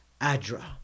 ADRA